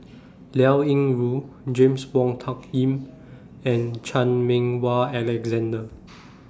Liao Yingru James Wong Tuck Yim and Chan Meng Wah Alexander